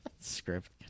Script